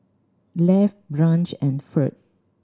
Lafe Branch and Ferd